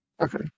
Okay